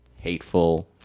hateful